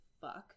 fuck